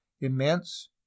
immense